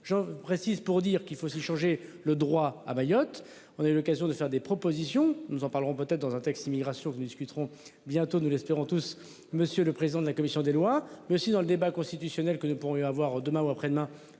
Je précise pour dire qu'il faut aussi changer le droit à Mayotte. On a eu l'occasion de faire des propositions, nous en parlerons peut-être dans un texte immigration discuteront bientôt nous l'espérons tous, monsieur le président de la commission des lois, mais aussi dans le débat constitutionnel que nous pourrons va avoir demain ou après-demain